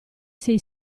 sei